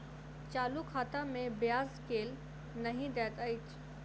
चालू खाता मे ब्याज केल नहि दैत अछि